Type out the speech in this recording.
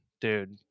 Dude